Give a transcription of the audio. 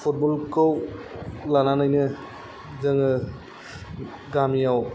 फुटबलखौ लानानैनो जोङो गामियाव